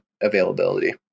availability